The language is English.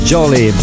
Jolly